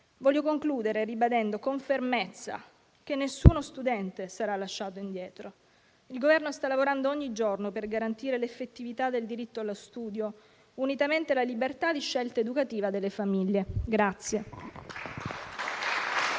Voglio concludere ribadendo con fermezza che nessuno studente sarà lasciato indietro. Il Governo sta lavorando ogni giorno per garantire l'effettività del diritto allo studio, unitamente alla libertà di scelta educativa delle famiglie.